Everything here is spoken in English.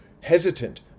hesitant